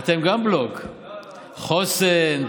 גם אתם בלוק: חוסן,